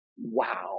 wow